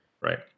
right